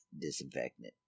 disinfectant